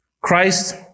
Christ